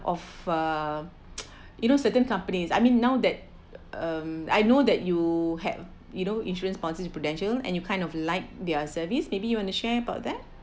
of uh you know certain companies I mean now that um I know that you had you know insurance policies with prudential and you kind of like their service maybe you want to share about that